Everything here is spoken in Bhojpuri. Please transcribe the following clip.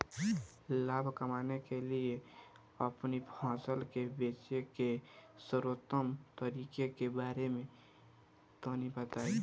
लाभ कमाने के लिए अपनी फसल के बेचे के सर्वोत्तम तरीके के बारे में तनी बताई?